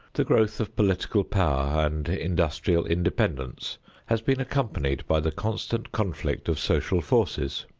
the growth of political power and industrial independence has been accompanied by the constant conflict of social forces.